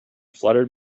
fluttered